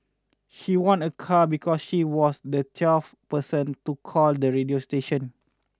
she won a car because she was the twelfth person to call the radio station